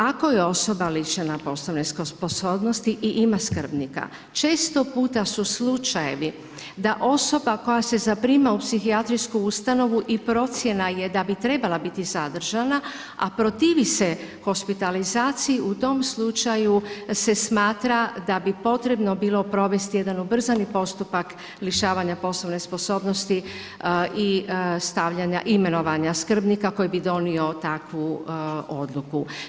Ako je osoba lišena poslovne sposobnosti i ima skrbnika, često puta su slučajevi da osoba koja se zaprima u psihijatrijsku ustanovu i procjena je da bi trebala biti zadržana, a protivi se hospitalizaciji, u tom slučaju se smatra da bi bilo provesti jedan ubrzani postupak lišavanja poslovne sposobnosti i stavljanja i imenovanja skrbnika koji bi donio takvu odluku.